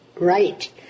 Right